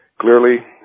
clearly